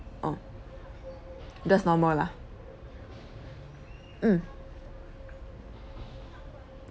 oh just normal lah mm